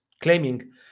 claiming